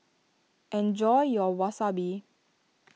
enjoy your Wasabi